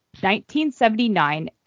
1979